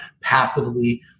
passively